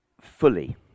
fully